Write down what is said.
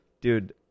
dude